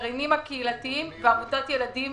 הגרעינים הקהילתיים ועמותת ילדים